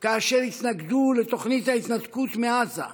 כאשר התנגדו לתוכנית ההתנתקות מעזה,